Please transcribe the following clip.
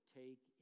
take